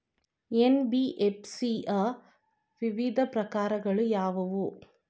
NBFC ಯ ವಿವಿಧ ಪ್ರಕಾರಗಳು ಯಾವುವು?